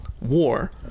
war